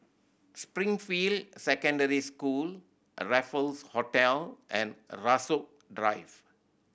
Springfield Secondary School Raffle Hotel and Rasok Drive